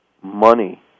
Money